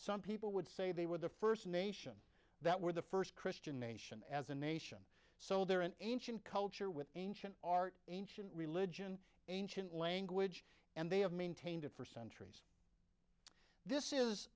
some people would say they were the first nation that were the first christian nation as a nation so they're an ancient culture with ancient art ancient religion ancient language and they have maintained a percent this is